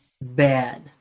bad